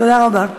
תודה רבה.